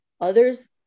others